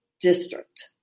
district